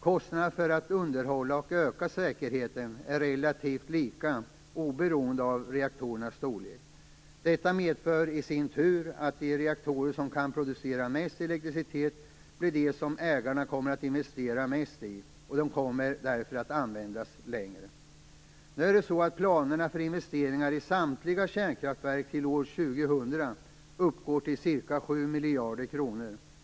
Kostnaderna för att underhålla och öka säkerheten är relativt lika oberoende av reaktorns storlek. Detta medför i sin tur att de reaktorer som kan producera mest elektricitet blir de som ägarna kommer att investera mest i, och de kommer därför att användas längre. Nu är det så att investeringarna i samtliga kärnkraftverk till år 2000 uppgår till 7 miljarder kronor, enligt planerna.